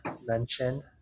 mention